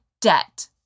debt